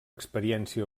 experiència